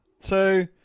two